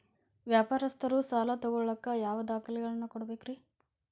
ವ್ಯಾಪಾರಸ್ಥರು ಸಾಲ ತಗೋಳಾಕ್ ಯಾವ ದಾಖಲೆಗಳನ್ನ ಕೊಡಬೇಕ್ರಿ?